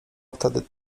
wtedy